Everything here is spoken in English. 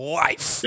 life